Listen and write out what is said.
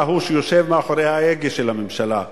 אתה הוא שיושב מאחורי ההגה של הממשלה,